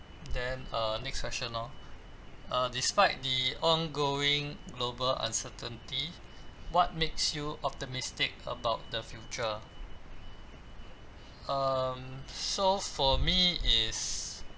then uh next question lor uh despite the ongoing global uncertainty what makes you optimistic about the future um so for me is